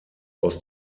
aus